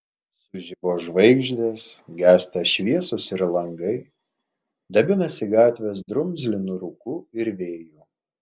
sužibo žvaigždės gęsta šviesos ir langai dabinasi gatvės drumzlinu rūku ir vėju